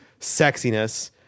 sexiness